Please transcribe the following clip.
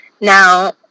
now